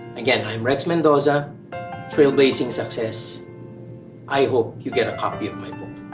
again, i'm rex mendoza trailblazing success i hope you get a copy of my book.